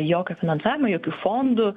jokio finansavimo jokių fondų